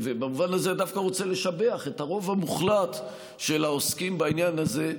ובמובן הזה אני דווקא רוצה לשבח את הרוב המוחלט של העוסקים בעניין הזה,